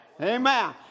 Amen